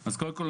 בבקשה.